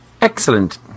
Excellent